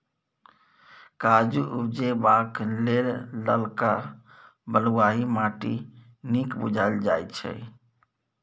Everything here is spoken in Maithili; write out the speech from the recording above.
काजु उपजेबाक लेल ललका बलुआही माटि नीक बुझल जाइ छै